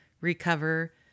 recover